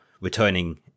returning